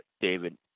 David